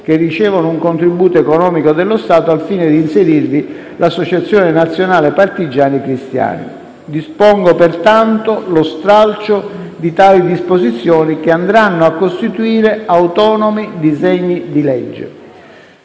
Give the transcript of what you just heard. che ricevono un contributo economico dello Stato, al fine di inserirvi l'Associazione nazionale partigiani cristiani. Dispongo pertanto lo stralcio di tali disposizioni, che andranno a costituire autonomi disegni di legge.